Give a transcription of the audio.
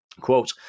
quote